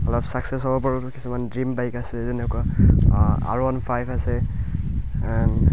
অলপ ছাকচেছ হ'ব পাৰোঁ কিছুমান ড্ৰ্ৰীম বাইক আছে যেনেকুৱা আৰ ওৱান ফাইভ আছে এণ্ড